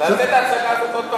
תעשה את ההצגה הזאת עוד פעם,